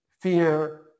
fear